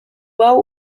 hau